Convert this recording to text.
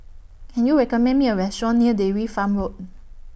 Can YOU recommend Me A Restaurant near Dairy Farm Road